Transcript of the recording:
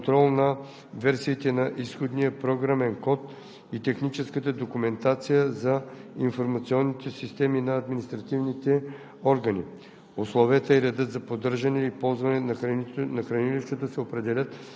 23. реализира и поддържа национално хранилище и система за контрол на версиите на изходния програмен код и техническата документация на информационните системи на административните органи;